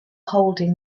holding